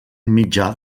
mitjà